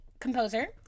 composer